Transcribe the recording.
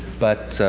but